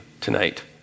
tonight